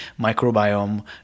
microbiome